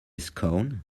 scone